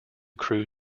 cruise